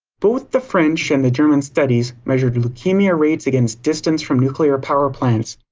both the french and german studies measured leukemia rates against distance from nuclear power plants.